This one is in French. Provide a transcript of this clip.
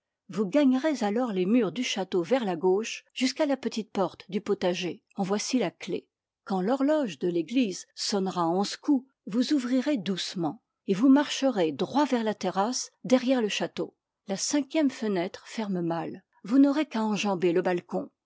vous gagnerez alors les murs du château vers la gauche jusqu'à la petite porte du potager en voici la clef quand l'horloge de l'église sonnera onze coups vous ouvrirez doucement et vous marcherez droit vers la terrasse derrière le château la cinquième fenêtre ferme mal vous n'aurez qu'à enjamber le balcon